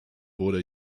wurde